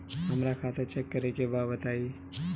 हमरा खाता चेक करे के बा बताई?